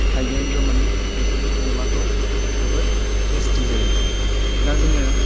थाइबें गोमोन बेफोरजों संब्लाथ' जोबोद टेस्टि जायो दा जोङो